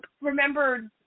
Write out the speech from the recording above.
remember